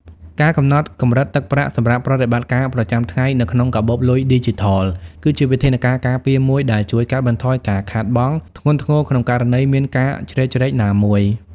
ការកំណត់កម្រិតទឹកប្រាក់សម្រាប់ប្រតិបត្តិការប្រចាំថ្ងៃនៅក្នុងកាបូបលុយឌីជីថល គឺជាវិធានការការពារមួយដែលជួយកាត់បន្ថយការខាតបង់ធ្ងន់ធ្ងរក្នុងករណីមានការជ្រៀតជ្រែកណាមួយ។